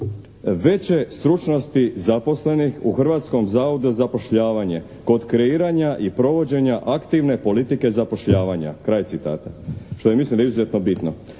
"Veće stručnosti zaposlenih u Hrvatskom zavodu za zapošljavanje kod kreiranja i provođenja aktivne politike zapošljavanja." kraj citata, što mislim da je izuzetno bitno.